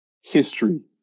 history